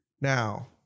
Now